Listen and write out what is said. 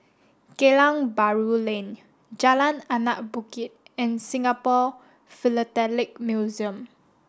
Geylang Bahru Lane Jalan Anak Bukit and Singapore Philatelic Museum